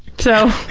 so,